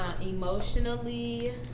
Emotionally